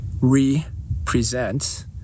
re-present